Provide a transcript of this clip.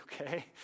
Okay